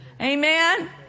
Amen